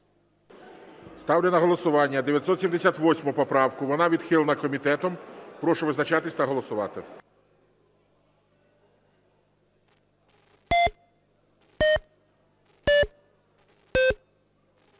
Ставлю на голосування 978 поправку. Вона відхилена комітетом. Прошу визначатись та голосувати.